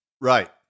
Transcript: Right